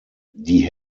die